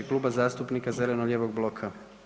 Kluba zastupnika zeleno-lijevog bloka.